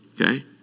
Okay